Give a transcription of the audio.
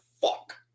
fuck